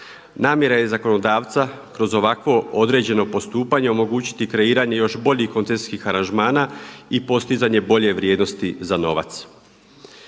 Namjera je zakonodavca kroz ovakvo određeno postupanje omogućiti kreiranje još boljih koncesijskih aranžmana i postizanje bolje vrijednosti za novac.